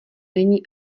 není